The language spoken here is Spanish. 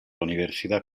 universidad